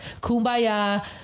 kumbaya